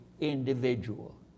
individual